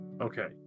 Okay